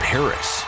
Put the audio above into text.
Paris